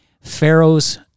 Pharaoh's